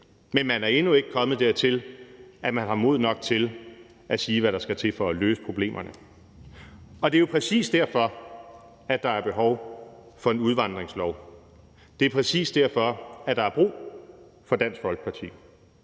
Men man er endnu ikke kommet dertil, hvor man har mod nok til at sige, hvad der skal til for at løse problemerne. Det er jo præcis derfor, at der er behov for en udvandringslov. Det er præcis derfor, at der er brug for Dansk Folkeparti.